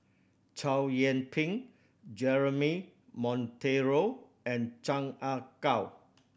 Chow Yian Ping Jeremy Monteiro and Chan Ah Kow